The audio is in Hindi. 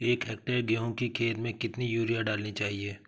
एक हेक्टेयर गेहूँ की खेत में कितनी यूरिया डालनी चाहिए?